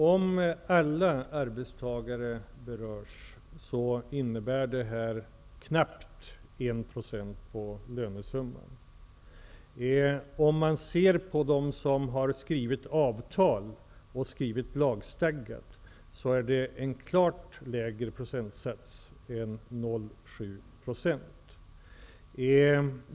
Herr talman! Om alla arbetstagare berörs, innebär det här knappt 1 % på lönesumman. Sett till dem som har skrivit avtal och som har det här lagstadgat är det en klart lägre procentsats än 0,7 %.